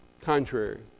contrary